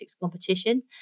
competition